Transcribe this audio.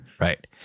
Right